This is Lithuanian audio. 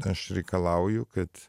aš reikalauju kad